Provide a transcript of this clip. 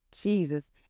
Jesus